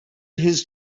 his